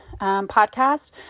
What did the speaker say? podcast